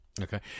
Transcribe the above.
okay